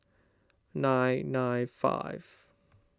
nine nine five